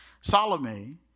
Salome